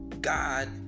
God